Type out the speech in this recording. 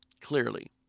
Clearly